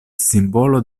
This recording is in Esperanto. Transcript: simbolo